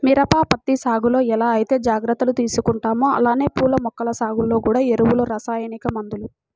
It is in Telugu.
మిరప, పత్తి సాగులో ఎలా ఐతే జాగర్తలు తీసుకుంటామో అలానే పూల మొక్కల సాగులో గూడా ఎరువులు, రసాయనిక మందులు